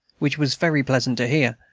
which was very pleasant to hear,